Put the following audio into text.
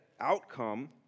outcome